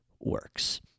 works